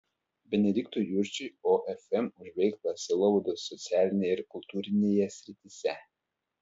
benediktui jurčiui ofm už veiklą sielovados socialinėje ir kultūrinėje srityse